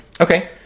Okay